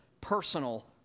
personal